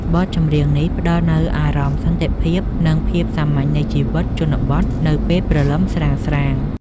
បទចម្រៀងនេះផ្ដល់នូវអារម្មណ៍សន្តិភាព និងភាពសាមញ្ញនៃជីវិតជនបទនៅពេលព្រលឹមស្រាងៗ។